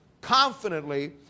confidently